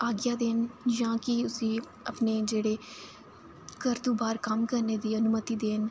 आज्ञा देन जां कि उसी अपने जेह्ड़े घर तूं बाह्र कम्म करने दी अनुमति देन